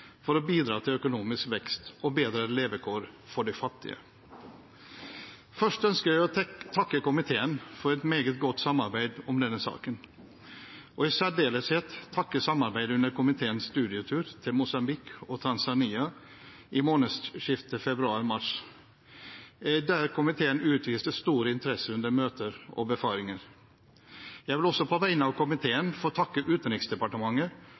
for å bidra til økonomisk vekst og bedre levekår for de fattige. Først ønsker jeg å takke komiteen for et meget godt samarbeid om denne saken, og jeg vil i særdeleshet takke for samarbeidet under komiteens studietur til Mosambik og Tanzania i månedsskiftet februar/mars, der komiteen utviste stor interesse under møter og befaringer. Jeg vil også på vegne av komiteen få takke Utenriksdepartementet